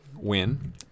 win